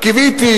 קיוויתי,